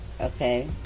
okay